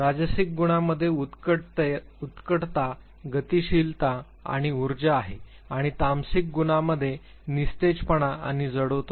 राजसिक गुणामध्ये उत्कटतेता गतिशीलता आणि उर्जा आहे आणि तामसिक गुणा म्हणजे निस्तेजपणा आणि जडत्व होय